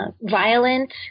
violent